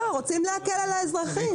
רוצים להקל על האזרחים.